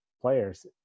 players